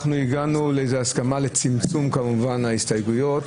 הגענו להסכמה לצמצום ההסתייגויות,